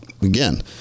Again